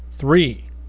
Three